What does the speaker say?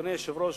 אדוני היושב-ראש,